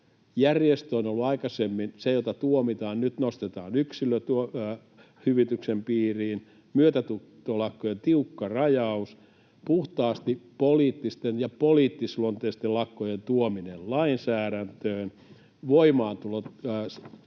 Järjestö on ollut aikaisemmin se, joka tuomitaan. Nyt nostetaan yksilö hyvityksen piiriin. Myötätuntolakkojen tiukka rajaus. Puhtaasti poliittisten ja poliittisluonteisten lakkojen tuominen lainsäädäntöön. Voimaantulo